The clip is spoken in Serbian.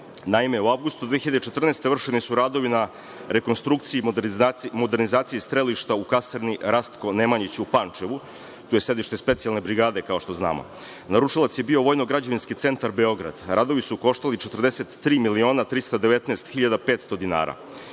u avgustu 2014. godine vršeni su radovi na rekonstrukciji i modernizaciji strelišta u kasarni „Rastko Nemanjić“ u Pančevu. Tu je sedište specijalne brigade, kao što znamo. Naručilac je bio Vojno-građevinski centar Beograd. Radovi su koštali 43 miliona 319 hiljada 500 dinara.